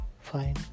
fine